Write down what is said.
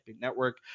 Network